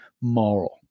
moral